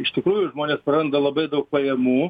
iš tikrųjų žmonės praranda labai daug pajamų